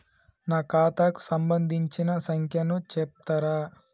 నా ఖాతా కు సంబంధించిన సంఖ్య ను చెప్తరా?